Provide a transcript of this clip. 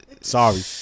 Sorry